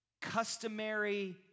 customary